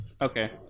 Okay